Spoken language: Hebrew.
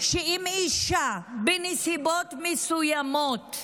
שאם לאישה בנסיבות מסוימות,